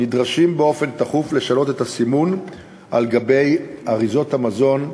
גורמים לשינויים תכופים של הסימון על אריזות המזון,